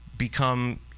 become